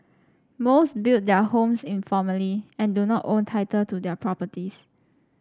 most built their homes informally and do not own title to their properties